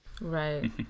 Right